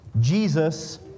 Jesus